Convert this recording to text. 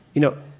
you know,